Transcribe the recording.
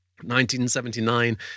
1979